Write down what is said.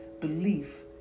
belief